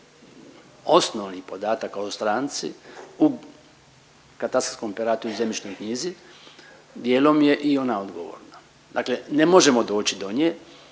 osnovnih podataka o stranci u katastarskom operatu i zemljišnoj knjizi dijelom je i ona odgovorna. Dakle, ne možemo doći do nje,